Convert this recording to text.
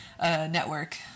network